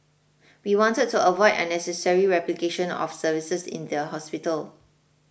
we wanted to avoid unnecessary replication of services in their hospital